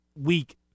weak